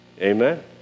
Amen